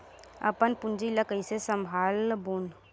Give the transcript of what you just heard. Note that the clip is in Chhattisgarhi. अपन पूंजी ला कइसे संभालबोन?